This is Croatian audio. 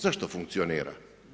Zašto funkcionira?